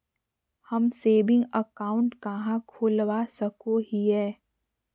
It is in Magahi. हम सेविंग अकाउंट कहाँ खोलवा सको हियै?